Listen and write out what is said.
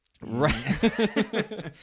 Right